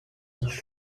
not